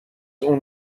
اون